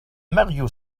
mario